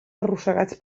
arrossegats